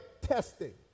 testing